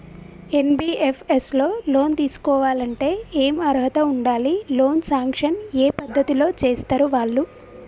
NBFS లో loan తీస్కోవాలంటే ఏం అర్హత ఉండాలి? లోన్ సాంక్షన్ ఏ పద్ధతి లో చేస్తరు వాళ్లు?